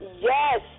Yes